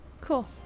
Cool